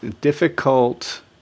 difficult